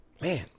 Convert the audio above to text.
Man